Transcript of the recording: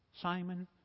Simon